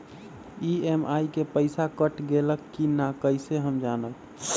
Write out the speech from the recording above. EMI के पईसा कट गेलक कि ना कइसे हम जानब?